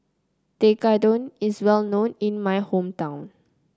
tekkadon is well known in my hometown